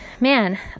man